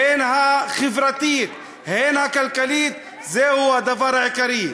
הן החברתית, הן הכלכלית, זה הדבר העיקרי.